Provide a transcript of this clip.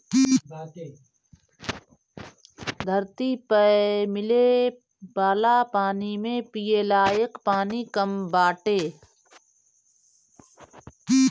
धरती पअ मिले वाला पानी में पिये लायक पानी कम बाटे